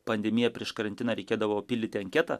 pandemiją prieš karantiną reikėdavo pildyti anketą